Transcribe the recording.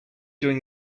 doing